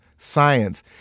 science